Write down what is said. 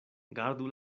gardu